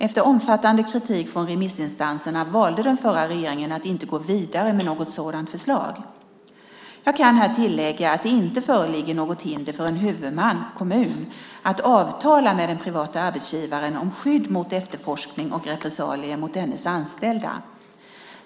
Efter omfattande kritik från remissinstanserna valde den förra regeringen att inte gå vidare med något sådant förslag. Jag kan här tillägga att det inte föreligger något hinder för en huvudman - kommun - att avtala med den privata arbetsgivaren om skydd mot efterforskning och repressalier mot dennes anställda.